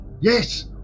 Yes